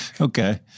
Okay